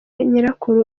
nyirakuru